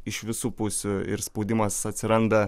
iš visų pusių ir spaudimas atsiranda